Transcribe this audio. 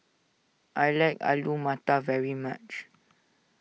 I like Alu Matar very much